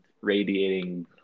radiating